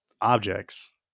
objects